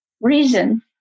reason